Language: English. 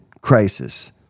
crisis